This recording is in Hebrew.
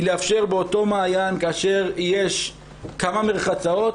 היא לאפשר באותו מעיין כאשר יש כמה מרחצאות,